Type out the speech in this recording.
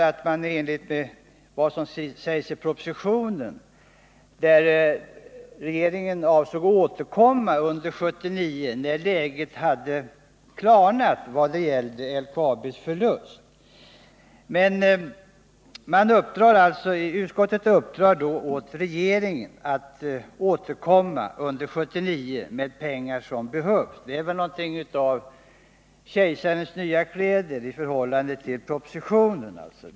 Det hade varit rimligt att man följt förslaget i propositionen, enligt vilken regeringen avsåg att återkomma under 1979, när läget klarnat vad gäller LKAB:s förlust. Utskottet uppdrar nu åt regeringen att återkomma under 1979 med de pengar som behövs, och utskottet förutsätter att riksdagen skall uttala sig för att LKAB skall få möjlighet att få ett statligt lån på högst 1,1 miljard kronor.